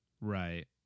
right